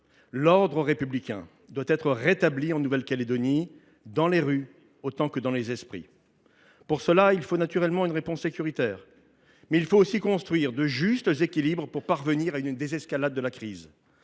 L’ordre républicain doit être rétabli en Nouvelle Calédonie, dans les rues autant que dans les esprits. Pour cela, il faut naturellement une réponse sécuritaire, mais il faut aussi construire de justes équilibres pour parvenir à une désescalade de la crise.